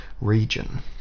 region